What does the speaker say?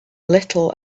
little